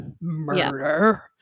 Murder